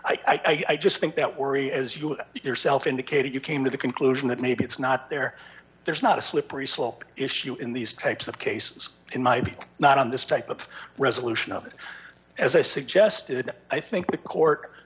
i just think that worry as you yourself indicated you came to the conclusion that maybe it's not there there's not a slippery slope issue in these types of cases in my view not on this type of resolution of it as i suggested i think the court